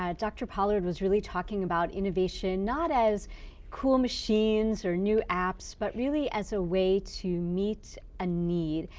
um dr pollard was really talking about innovation not as cool machines or new apps but really as a way to meet a need.